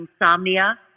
insomnia